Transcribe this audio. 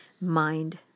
mind